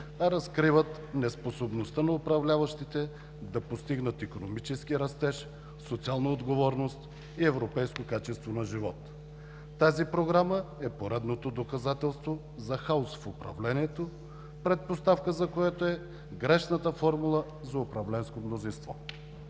а разкриват неспособността на управляващите да постигнат икономически растеж, социална отговорност и европейско качество на живот. Тази Програма е поредното доказателство за хаос в управлението, предпоставка за което е грешната формула за управленско мнозинство.